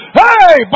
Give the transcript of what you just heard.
hey